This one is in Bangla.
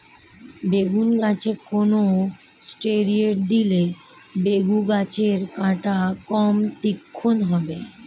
বেগুন গাছে কোন ষ্টেরয়েড দিলে বেগু গাছের কাঁটা কম তীক্ষ্ন হবে?